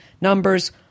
numbers